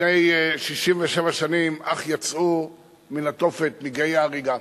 לפני 67 שנים אך יצאו מן התופת, מגיא ההריגה,